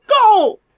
go